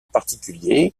particulier